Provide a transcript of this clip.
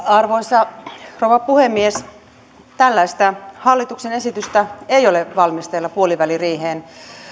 arvoisa rouva puhemies tällaista hallituksen esitystä ei ole valmisteilla puoliväliriiheen